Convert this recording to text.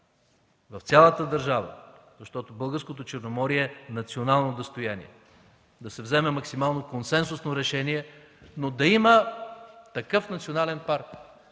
в цялата държава, защото българското Черноморие е национално достояние, да се вземе национално консенсусно решение, но да има такъв национален парк!